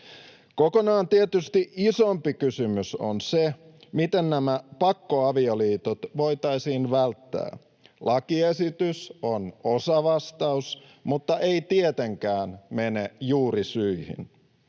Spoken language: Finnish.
Kokonaan tietysti isompi kysymys on se, miten nämä pakkoavioliitot voitaisiin välttää. Lakiesitys on osavastaus mutta ei tietenkään mene juurisyihin.